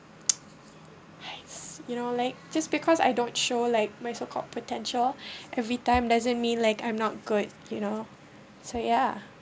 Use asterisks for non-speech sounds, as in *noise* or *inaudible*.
*noise* you know like just because I don't show like my so called potential *breath* every time doesn't mean like I'm not good you know so ya